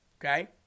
Okay